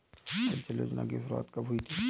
उज्ज्वला योजना की शुरुआत कब हुई थी?